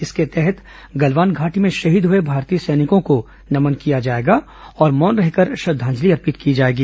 इसके तहत गलवान घाटी में शहीद हुए भारतीय सैनिकों को नमन किया जाएगा और मौन रहकर श्रद्वांजलि अर्पित की जाएगी